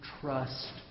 trust